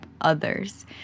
others